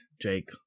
Jake